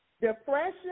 depression